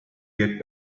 get